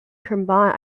combine